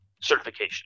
certification